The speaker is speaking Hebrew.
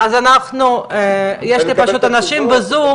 יש אנשים בזום